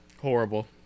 horrible